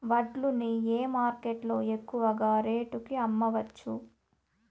వడ్లు ని ఏ మార్కెట్ లో ఎక్కువగా రేటు కి అమ్మవచ్చు?